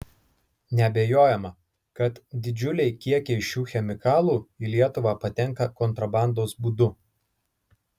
neabejojama kad didžiuliai kiekiai šių chemikalų į lietuvą patenka kontrabandos būdu